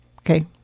Okay